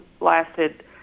lasted